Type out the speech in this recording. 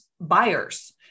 buyers